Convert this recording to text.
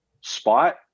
spot